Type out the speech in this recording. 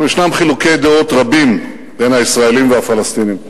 יש חילוקי דעות רבים בין הישראלים לפלסטינים.